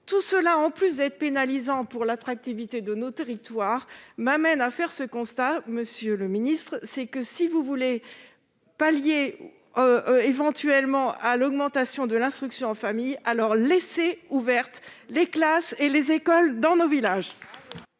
situation, en plus d'être pénalisante pour l'attractivité de nos territoires, m'amène à faire ce constat, monsieur le ministre : si vous voulez éventuellement limiter le recours à l'instruction en famille, laissez ouvertes les classes et les écoles dans nos villages